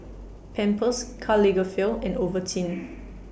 Pampers Karl Lagerfeld and Ovaltine